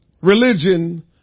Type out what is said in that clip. Religion